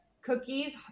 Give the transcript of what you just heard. cookies